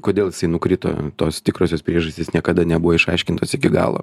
kodėl jisai nukrito tos tikrosios priežastys niekada nebuvo išaiškintos iki galo